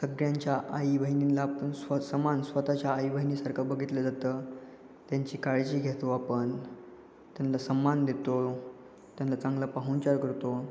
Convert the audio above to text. सगळ्यांच्या आई बहिणींना आपन स्व समान स्वतःच्या आई बहिणीसारखं बघितलं जातं त्यांची काळजी घेतो आपण त्यांना सन्मान देतो त्यांना चांगला पाहुणचार करतो